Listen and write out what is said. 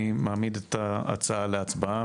אני מעמיד את ההצעה להצבעה.